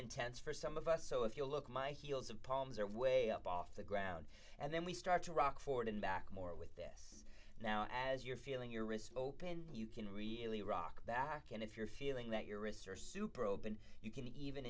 intense for some of us so if you look my heels of palms are way up off the ground and then we start to rock forward and back more with now as you're feeling your wrist open you can really rock back and if you're feeling that your wrists are super open you can even